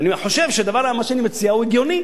ואני חושב שמה שאני מציע הוא הגיוני.